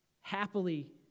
happily